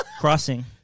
Crossing